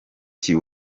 cya